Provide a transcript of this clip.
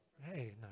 hey